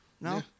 no